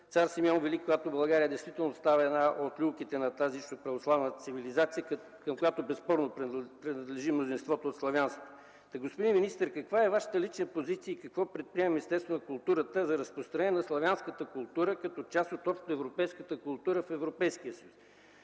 цар Симеон Велики, когато България става част от люлката на тази православна цивилизация и към нея безспорно принадлежи мнозинството на славянството. Та, господин министър, каква е Вашата лична позиция и какво предприема Министерството на културата за разпространението на славянската култура, като част от общоевропейската култура в Европейския съюз?